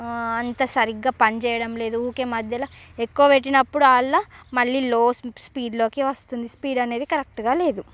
అంత సరిగ్గా పని చెయ్యడం లేదు ఊరికే మధ్యల ఎక్కువ పెట్టినప్పుడల్లా మళ్ళీ లో స్పీడ్ లోకి వస్తుంది స్పీడ్ అనేది కరక్ట్గా లేదు